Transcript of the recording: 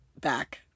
Back